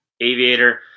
aviator